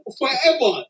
forever